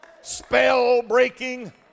spell-breaking